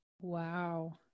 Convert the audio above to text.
Wow